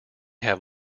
have